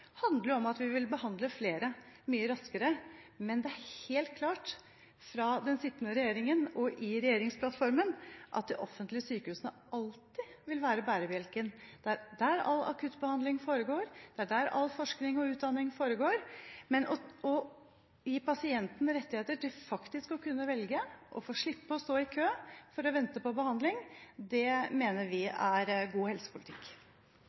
handler jo om at vi vil behandle flere mye raskere. Men det er helt klart fra den sittende regjeringen og i regjeringsplattformen at de offentlige sykehusene alltid vil være bærebjelken. Det er der all akuttbehandling foregår, det er der all forskning og utdanning foregår. Men å gi pasienten rettigheter til faktisk å kunne velge, og få slippe å stå i kø for å vente på behandling, mener vi er god helsepolitikk.